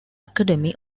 academy